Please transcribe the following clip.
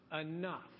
enough